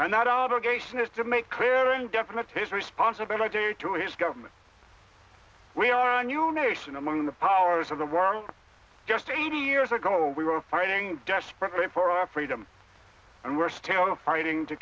that obligation is to make clear and definite his responsibility to his government we are a new nation among the powers of the world just eighty years ago we were fighting desperately for our freedom and we're still fighting to